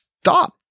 Stop